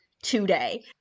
today